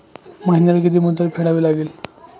महिन्याला किती मुद्दल फेडावी लागेल?